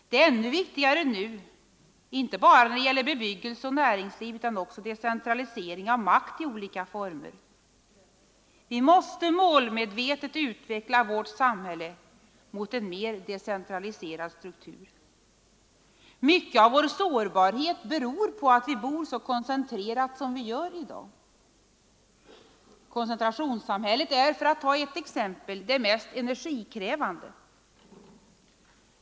Det är ännu viktigare nu, inte bara när det gäller bebyggelse och näringsliv, utan också när det gäller decentralisering av makt i olika former. Vi måste målmedvetet utveckla vårt samhälle mot en mer decentraliserad struktur. Mycket av vår sårbarhet beror på att vi bor så koncentrerat som vi gör i dag. Koncentrationssamhället är, för att ta ett exempel, det mest energikrävande.